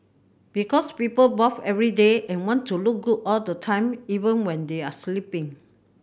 because people bath every day and want to look good all the time even when they are sleeping